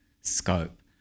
scope